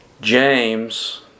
James